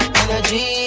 energy